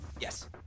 yes